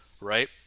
right